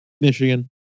Michigan